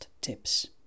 tips